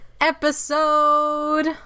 episode